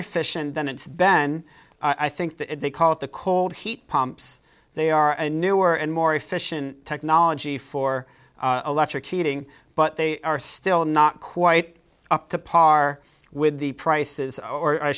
efficient than it's ben i think they call it the cold heat pumps they are a newer and more efficient technology for electric heating but they are still not quite up to par with the prices or i